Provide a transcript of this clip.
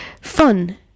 fun